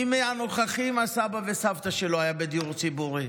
מי מהנוכחים הסבא והסבתא שלו היו בדיור ציבורי?